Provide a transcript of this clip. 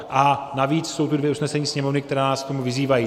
A navíc jsou tu dvě usnesení Sněmovny, která nás k tomu vyzývají.